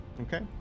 Okay